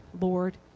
Lord